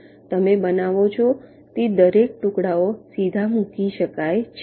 તમે બનાવો છો તે દરેક ટુકડાઓ સીધા મૂકી શકાય છે